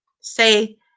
Say